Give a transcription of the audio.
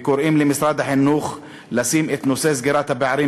ואני קורא למשרד החינוך לשים את נושא סגירת הפערים